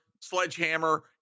Sledgehammer